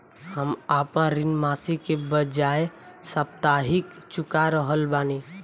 हम आपन ऋण मासिक के बजाय साप्ताहिक चुका रहल बानी